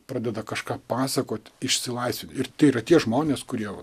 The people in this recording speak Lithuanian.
pradeda kažką pasakoti išsilaisvinti ir tai yra tie žmonės kurie